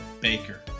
Baker